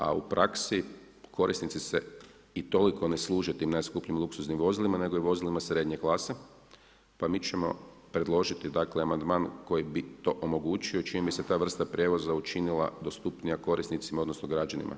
A u praksi korisnici se i toliko ne služe tim najskupljim luksuznim vozilima nego i vozilima srednje klase, pa ćemo mi predložiti amandman koji bi to omogućio i čime bi se ta vrsta prijevoza učinila dostupnija korisnicima odnosno građanima.